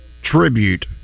tribute